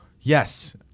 Yes